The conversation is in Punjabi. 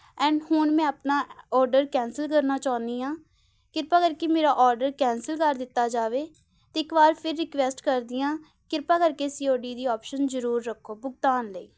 ਐਂਡ ਹੁਣ ਮੈਂ ਆਪਣਾ ਅ ਔਡਰ ਕੈਂਸਲ ਕਰਨਾ ਚਾਹੁੰਦੀ ਆਂ ਕਿਰਪਾ ਕਰਕੇ ਮੇਰਾ ਔਡਰ ਕੈਂਸਲ ਕਰ ਦਿੱਤਾ ਜਾਵੇ ਅਤੇ ਇੱਕ ਵਾਰ ਫਿਰ ਰਿਕੁਐਸਟ ਕਰਦੀ ਹਾਂ ਕਿਰਪਾ ਕਰਕੇ ਸੀ ਓ ਡੀ ਦੀ ਆਪਸ਼ਨ ਜ਼ਰੂਰ ਰੱਖੋ ਭੁਗਤਾਨ ਲਈ